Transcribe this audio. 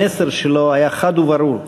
המסר שלו היה חד וברור: